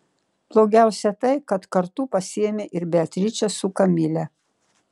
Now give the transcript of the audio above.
blogiausia tai kad kartu pasiėmė ir beatričę su kamile